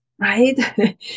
right